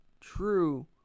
true